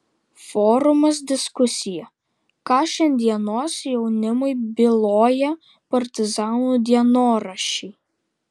forumas diskusija ką šiandienos jaunimui byloja partizanų dienoraščiai